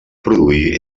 produir